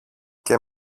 και